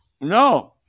No